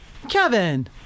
Kevin